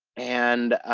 and